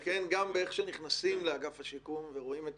גם באיך שנכנסים לאגף השיקום ורואים את